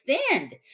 stand